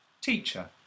Teacher